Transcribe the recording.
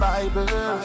Bible